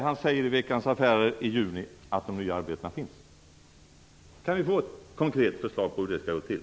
Han säger i Veckans Affärer i juni att de nya arbetena finns där. Kan vi få ett konkret förslag på hur det skall gå till?